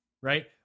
right